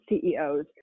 CEOs